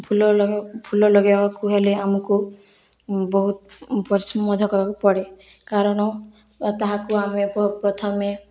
ଫୁଲ ଲଗାଇବା ଫୁଲ ଲଗାଇବାକୁ ହେଲେ ଆମକୁ ବହୁତ ପରିଶ୍ରମ ମଧ୍ୟ କରିବାକୁ ପଡ଼େ କାରଣ ତାହାକୁ ଆମେ ପ୍ରଥମେ